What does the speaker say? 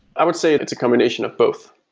i would say it's a combination of both,